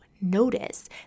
notice